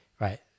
right